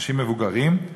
אנשים מבוגרים,